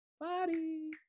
Body